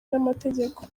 n’amategeko